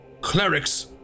clerics